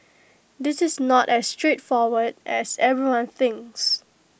this is not as straightforward as everyone thinks